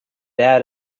add